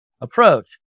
approach